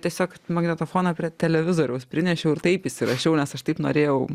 tiesiog magnetofoną prie televizoriaus prinešiau ir taip įsirašiau nes aš taip norėjau